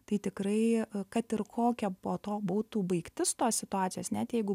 tai tikrai kad ir kokia po to būtų baigtis tos situacijos net jeigu